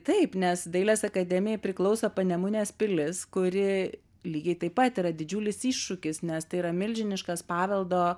taip nes dailės akademijai priklauso panemunės pilis kuri lygiai taip pat yra didžiulis iššūkis nes tai yra milžiniškas paveldo